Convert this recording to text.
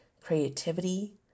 creativity